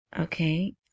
okay